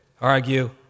argue